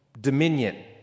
dominion